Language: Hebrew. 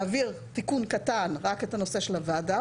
להעביר תיקון קטן רק את הנושא של הוועדה.